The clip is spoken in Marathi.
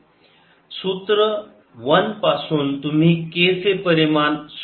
सूत्र 1 पासून तुम्ही k चे परिमाण शोधू शकता